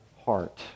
heart